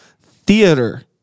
Theater